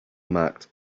marked